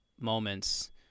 moments